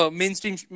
mainstream